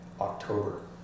october